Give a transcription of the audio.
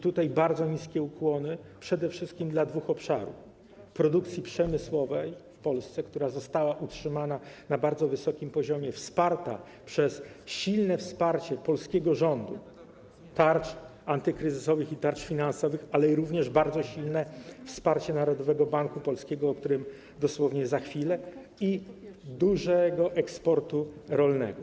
Tutaj bardzo niskie ukłony przede wszystkim dla dwóch obszarów: dla produkcji przemysłowej w Polsce, która została utrzymana na bardzo wysokim poziomie, dzięki silnemu wsparciu polskiego rządu, tarczom antykryzysowym i tarczom finansowym, ale również bardzo silnemu wsparciu Narodowego Banku Polskiego, o którym dosłownie za chwilę, i dla dużego eksportu rolnego.